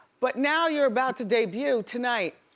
but now you're about to debut tonight,